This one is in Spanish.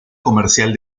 comercial